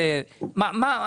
2.5 מיליון שקל זה רק מלקוח אחד.